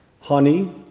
Honey